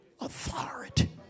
Authority